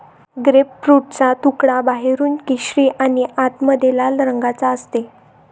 ग्रेपफ्रूटचा तुकडा बाहेरून केशरी आणि आतमध्ये लाल रंगाचा असते